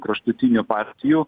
kraštutinių partijų